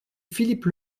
philippe